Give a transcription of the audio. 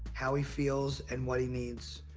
how he feels, and what he needs.